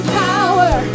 power